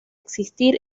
existir